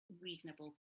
reasonable